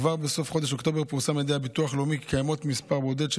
כבר בסוף חודש אוקטובר פורסם על ידי הביטוח הלאומי כי קיים מספר קטן של